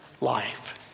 life